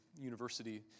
university